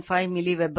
5 milliweber